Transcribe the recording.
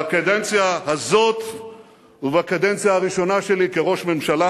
בקדנציה הזאת ובקדנציה הראשונה שלי כראש הממשלה